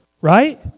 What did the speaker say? right